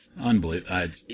Unbelievable